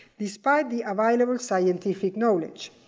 despite the available scientific knowledge.